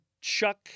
Chuck